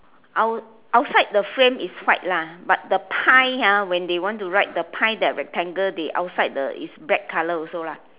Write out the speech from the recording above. out~ outside the frame is white lah but the pie ah when they want to write the pie that rectangle they outside is the black colour also lah